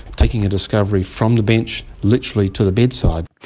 taking a discovery from the bench literally to the bedside.